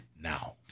now